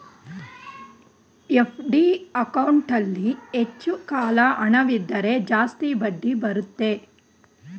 FD ಅಕೌಂಟಲ್ಲಿ ಹೆಚ್ಚು ಕಾಲ ಹಣವಿದ್ದರೆ ಜಾಸ್ತಿ ಬಡ್ಡಿ ಬರುತ್ತೆ